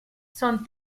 son